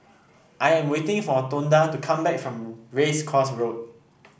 I am waiting for Tonda to come back from Race Course Road